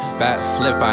backflip